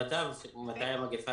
שזאת החלטה טובה, אני תומך בהחלטה